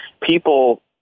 people